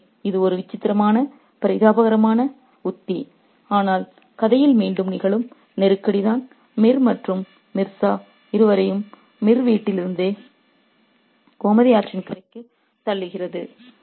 எனவே இது ஒரு விசித்திரமான பரிதாபகரமான உத்தி ஆனால் கதையில் நிகழும் நெருக்கடிதான் மிர் மற்றும் மிர்சா இருவரையும் மிர் வீட்டிலிருந்து கோமதி ஆற்றின் கரைக்குத் தள்ளுகிறது